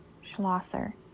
Schlosser